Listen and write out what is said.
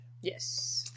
yes